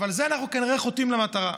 אבל זה, אנחנו כנראה חוטאים למטרה.